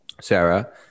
Sarah